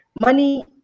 Money